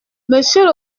monsieur